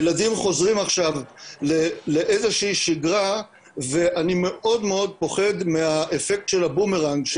הילדים חוזרים עכשיו לאיזושהי שגרה ואני מאוד פוחד מהאפקט של הבומרנג,